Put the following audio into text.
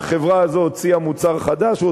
החברה הזאת הוציאה מוצר חדש,